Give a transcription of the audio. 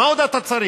מה עוד אתה צריך?